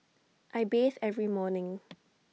I bathe every morning